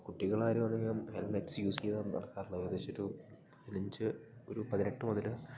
കുട്ടികളാരും അധികം helmets use ചെയ്ത് ഒന്നും നടക്കാറില്ല ഏകദേശം ഒരു പതിനഞ്ച് ഒരു പതിനെട്ട് മുതൽ